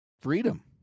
Freedom